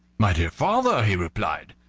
my dear father, he replied,